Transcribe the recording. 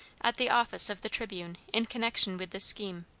at the office of the tribune, in connection with this scheme.